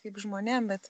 kaip žmonėm bet